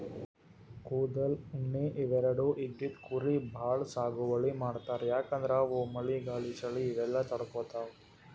ಕೂದಲ್, ಉಣ್ಣಿ ಇವೆರಡು ಇದ್ದಿದ್ ಕುರಿ ಭಾಳ್ ಸಾಗುವಳಿ ಮಾಡ್ತರ್ ಯಾಕಂದ್ರ ಅವು ಮಳಿ ಗಾಳಿ ಚಳಿ ಇವೆಲ್ಲ ತಡ್ಕೊತಾವ್